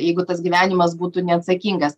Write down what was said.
jeigu tas gyvenimas būtų neatsakingas